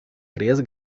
três